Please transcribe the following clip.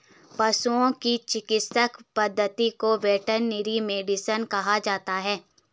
पशुओं की चिकित्सा पद्धति को वेटरनरी मेडिसिन कहा जाता है